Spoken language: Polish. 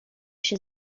się